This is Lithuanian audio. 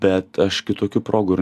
bet aš kitokių progų ir